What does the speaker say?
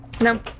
No